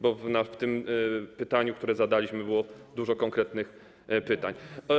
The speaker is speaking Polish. Bo w tym pytaniu, które zadaliśmy, było dużo konkretnych kwestii.